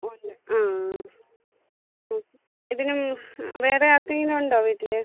ആ ആ ആ ഇതിനും വേറെ ആർക്കെങ്കിലും ഉണ്ടോ വീട്ടിൽ